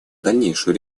дальнейшую